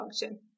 function